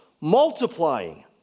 multiplying